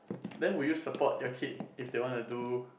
then would you support your kid if they want to do